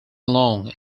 along